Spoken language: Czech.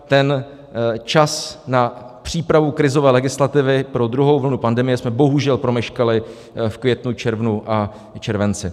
Ten čas na přípravu krizové legislativy pro druhou vlnu pandemie jsme bohužel promeškali v květnu, červnu a červenci.